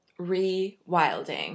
rewilding